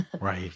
Right